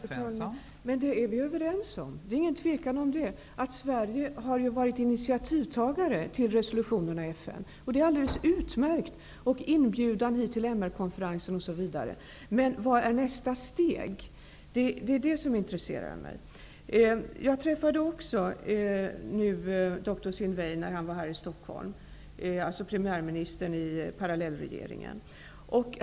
Fru talman! Det är vi överens om. Det råder inget tvivel om att Sverige har varit initiativtagare till resolutionerna i FN. Det är alldeles utmärkt, liksom inbjudan hit till MR-konferensen. Men vad är nästa steg? Det är det som intresserar mig. Jag träffade också dr Sin Wein, premiärministern i parallellregeringen, när han var här i Stockholm.